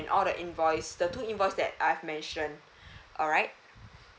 and all the invoice the two invoice that I've mentioned alright